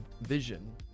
vision